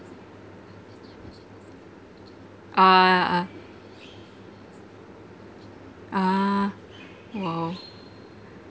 ah ah !wow!